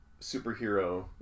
superhero